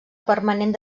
permanent